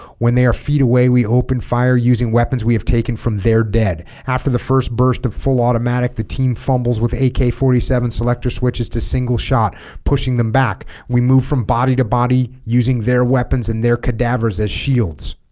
when they are feet away we open fire using weapons we have taken from their dead after the first burst of full automatic the team fumbles with ak forty seven selector switches to single shot pushing them back we move from body to body using their weapons and their cadavers as shields